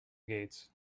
gates